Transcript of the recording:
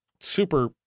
super